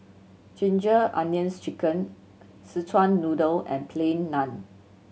Ginger Onions Chicken Szechuan Noodle and Plain Naan